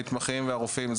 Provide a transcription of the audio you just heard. המתמחים והרופאים.